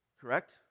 Correct